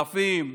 אלפים?